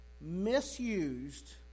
misused